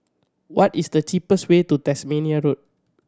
what is the cheapest way to Tasmania Road